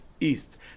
east